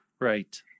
Right